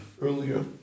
earlier